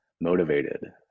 motivated